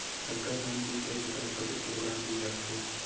संकर धान बीज एक एकड़ म कतेक किलोग्राम बीज लगथे?